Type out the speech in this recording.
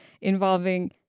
involving